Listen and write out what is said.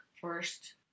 first